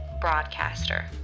broadcaster